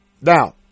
now